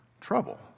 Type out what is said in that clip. trouble